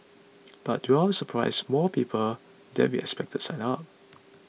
but to our surprise more people than we expected signed up